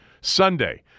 Sunday